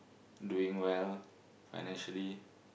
doing well financially